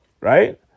Right